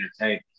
Entertain